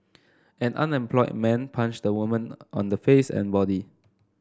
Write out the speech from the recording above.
an unemployed man punched the woman on the face and body